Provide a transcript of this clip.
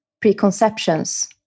preconceptions